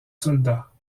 soldats